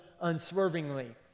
unswervingly